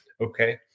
Okay